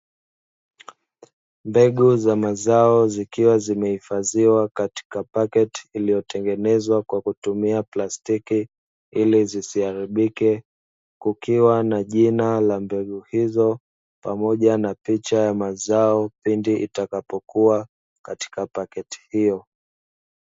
Mbegu za mazao zikiwa zimehifadhiwa katika pakiti iliyotengenezwa kwa kutumia plastiki ili zisiharibike. kukiwa na jina la mbegu hizo, pamoja na picha ya mazao pindi itakapokuwa katika pakiti hiyo.